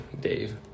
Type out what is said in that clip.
Dave